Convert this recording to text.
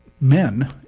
men